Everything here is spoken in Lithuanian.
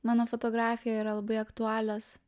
mano fotografijoj yra labai aktualios